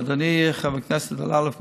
ואדוני חבר הכנסת אלאלוף,